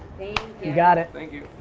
you got it. thank you.